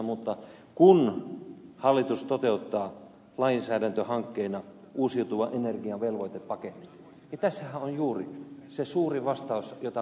mutta kun hallitus toteuttaa lainsäädäntöhankkeina uusiutuvan energian velvoitepakettia niin tässähän on juuri se suuri vastaus jota me olemme pitkään kaivanneet